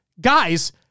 guys